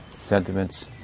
sentiments